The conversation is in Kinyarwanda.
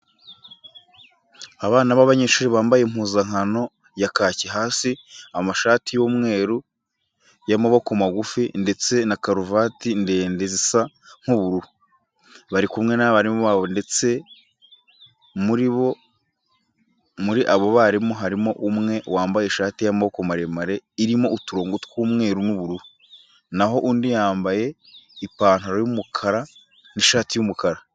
Abana b'abanyeshuri bambaye impuzankano ya kaki hasi, amashati y'umweru y'amaboko magufi ndetse na karuvati ndende zisa nk'ubururu. Bari kumwe n'abarimu babo ndetse muri abo barimu harimo umwe wambaye ishati y'amaboko maremare irimo uturongo tw'umweru n'ubururu, na ho undi yambaye ipantaro y'umukara n'ishati y'umukara.